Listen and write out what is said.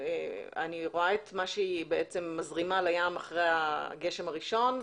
אני רואה את מה שהיא בעצם מזרימה לים אחרי הגשם הראשון,